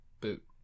Boot